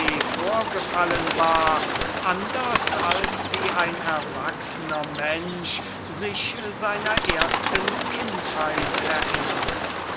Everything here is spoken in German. vorgegangen war anders als ein erwachsener mensch sich seiner ersten kindheit erinnert